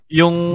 yung